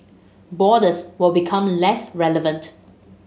borders will become less relevant